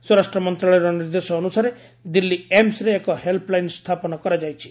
ସ୍ୱରାଷ୍ଟ୍ର ମନ୍ତ୍ରଣାଳୟର ନିର୍ଦ୍ଦେଶ ଅନୁସାରେ ଦିଲ୍ଲୀ ଏମସ୍ରେ ଏକ ହେଲ୍ସଲାଇନ୍ ସ୍ଥାପନ କରାଯାଇଛି